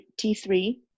T3